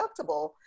deductible